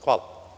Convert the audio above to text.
Hvala.